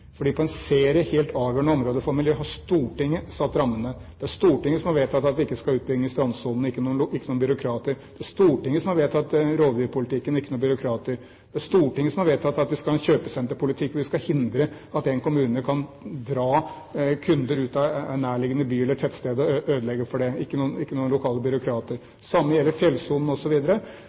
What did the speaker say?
på en serie helt avgjørende områder for miljøet har Stortinget satt rammene. Det er Stortinget som har vedtatt at vi ikke skal ha utbygging i strandsonen, ikke noen byråkrater. Det er Stortinget som har vedtatt rovdyrpolitikken, ikke noen byråkrater. Det er Stortinget som har vedtatt at vi skal ha en kjøpesenterpolitikk for å hindre at en kommune kan dra kunder ut av en nærliggende by eller et tettsted og ødelegge for det, ikke noen lokale byråkrater. Det samme gjelder